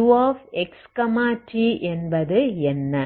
uxt என்பது என்ன